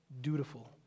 dutiful